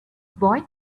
bye